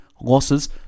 losses